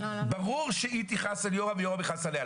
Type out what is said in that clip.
ברור שהיא תכעס על יורם ויורם יכעס עליה,